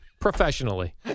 Professionally